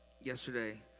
yesterday